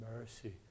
mercy